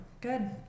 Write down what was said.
Good